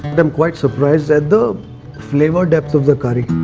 but i'm quite surprised at the flavour depth of the curry.